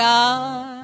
God